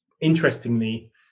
Interestingly